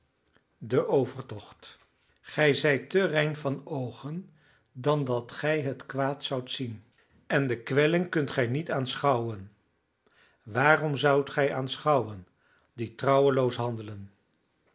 de overtocht gij zijt te rein van oogen dan dat gij het kwaad zoudt zien en de kwelling kunt gij niet aanschouwen waarom zoudt gij aanschouwen die trouweloos handelen